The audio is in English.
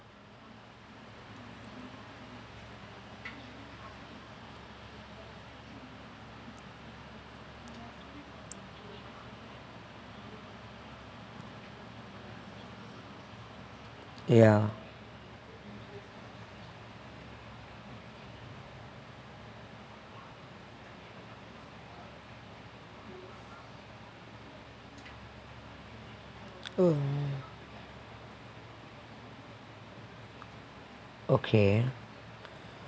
ya oh okay